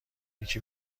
یکی